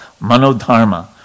manodharma